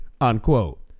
Unquote